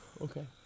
Okay